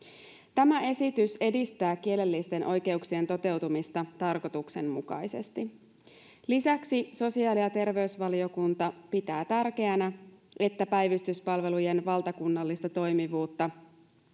tämä esitys edistää kielellisten oikeuksien toteutumista tarkoituksenmukaisesti lisäksi sosiaali ja terveysvaliokunta pitää tärkeänä että päivystyspalvelujen valtakunnallista toimivuutta